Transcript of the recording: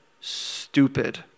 stupid